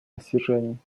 достижений